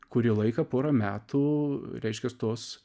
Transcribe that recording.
kurį laiką pora metų reiškias tos